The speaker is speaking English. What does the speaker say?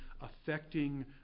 affecting